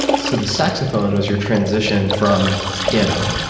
so the saxophone was your transition from piano.